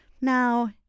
Now